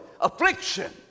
affliction